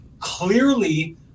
clearly